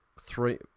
three